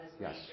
Yes